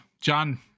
John